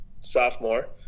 sophomore